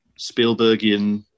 Spielbergian